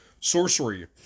Sorcery